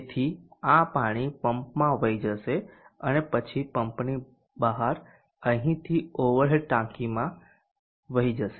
તેથી આ પાણી પંપમાં વહી જશે અને પછી પંપની બહાર અહીંથી ઓવર હેડ ટેકમાં વહી જશે